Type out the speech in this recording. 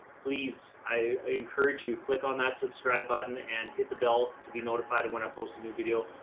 please, i encourage you click on that subscribe button and hit the bell to be notified. when i post a new video,